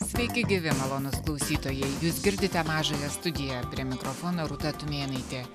sveiki gyvi malonūs klausytojai jūs girdite mažąją studiją prie mikrofono rūta tumėnaitė